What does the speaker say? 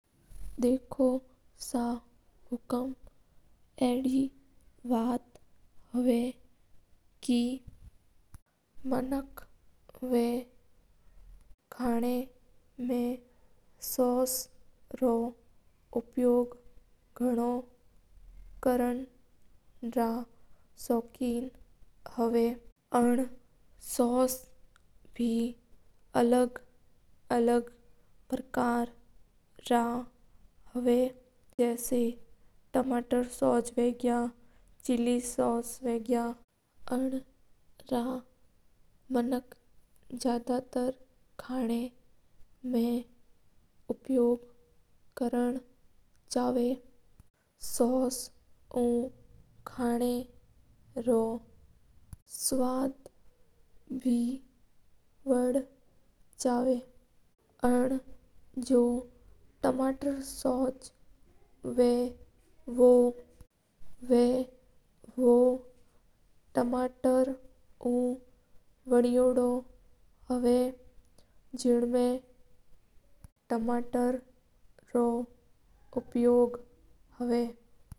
देखो सा हुकूम अडी बात हवे के मानव खेनां माँ अलग अलग सॉस रा उपयोग लाव नो पसंद कर या करा ह जैसां के टमाटर सॉस हो गो और बे गनी है। टमाटर वस उ खेनो रो सेवड बाद जवा और ऊ टमाटर उ बन यो दो रवा जानू खेनो बोथ अच्छो बन य करा है।